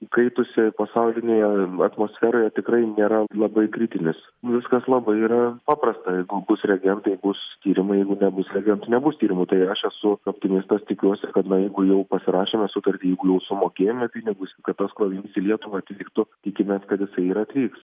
įkaitusioj pasaulinėje atmosferoje tikrai nėra labai kritinis viskas labai yra paprasta jeigu bus reagentai bus tyrimai jeigu nebus reagentų nebus tyrimų tai aš esu optimistas tikiuosi kad na jeigu jau pasirašėme sutartį jeigu jau sumokėjome pinigus kad tas krovinys į lietuvą atvyktų tikimės kad jisai ir atvyks